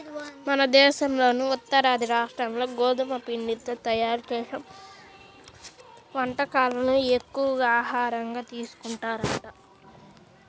మన దేశంలోని ఉత్తరాది రాష్ట్రాల్లో గోధుమ పిండితో తయ్యారు చేసే వంటకాలనే ఎక్కువగా ఆహారంగా తీసుకుంటారంట